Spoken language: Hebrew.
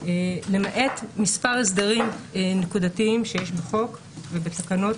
למעט מספר הסדרים נקודתיים שיש בחוק ובתקנות,